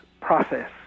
process